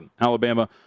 Alabama